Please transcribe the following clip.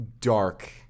Dark